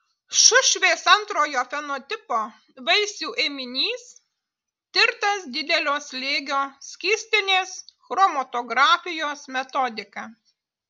šušvės antrojo fenotipo vaisių ėminys tirtas didelio slėgio skystinės chromatografijos metodika